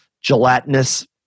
gelatinous